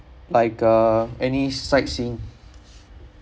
like uh any sightseeing